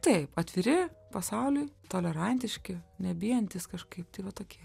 taip atviri pasauliui tolerantiški nebijantys kažkaip tai va tokie